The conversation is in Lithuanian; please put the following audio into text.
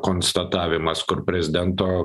konstatavimas kur prezidento